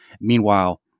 Meanwhile